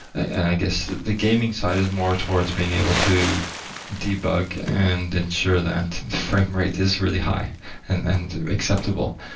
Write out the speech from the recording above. and i guess, the the gaming side is more towards being able to debug and ensure that the framerate is really high and and acceptable,